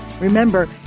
Remember